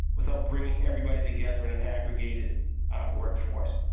without bringing everybody together and and aggregated workforce.